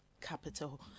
Capital